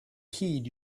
heed